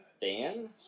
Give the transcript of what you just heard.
Dan